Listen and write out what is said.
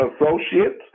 associates